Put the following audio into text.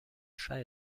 chat